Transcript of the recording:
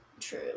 True